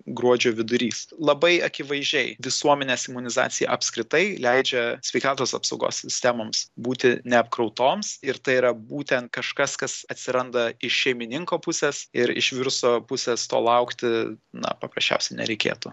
gruodžio vidurys labai akivaizdžiai visuomenės imunizacija apskritai leidžia sveikatos apsaugos sistemoms būti neapkrautoms ir tai yra būtent kažkas kas atsiranda iš šeimininko pusės ir iš viruso pusės to laukti na paprasčiausiai nereikėtų